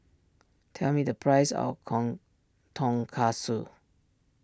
tell me the price of kong Tonkatsu